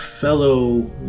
Fellow